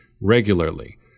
regularly